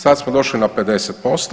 Sada smo došli na 50%